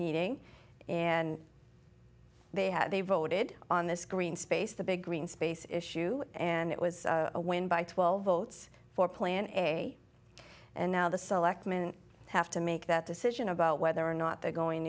meeting and they had they voted on this green space the big green space issue and it was a win by twelve votes for plan a and now the selectmen have to make that decision about whether or not they're going